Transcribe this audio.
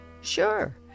Sure